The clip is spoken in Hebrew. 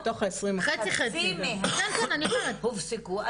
חצי מהן הופסקו,